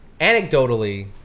anecdotally